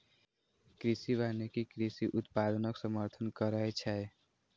कृषि वानिकी कृषि उत्पादनक समर्थन करै छै